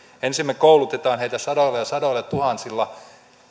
ensin me koulutamme heitä sadoilla ja sadoilla tuhansilla